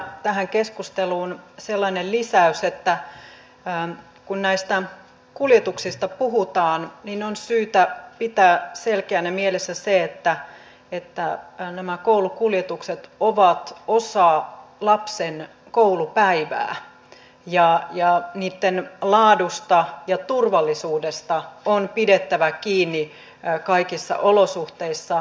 vielä tähän keskusteluun sellainen lisäys että kun näistä kuljetuksista puhutaan on syytä pitää selkeänä mielessä se että nämä koulukuljetukset ovat osa lapsen koulupäivää ja niitten laadusta ja turvallisuudesta on pidettävä kiinni kaikissa olosuhteissa